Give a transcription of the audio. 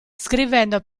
scrivendo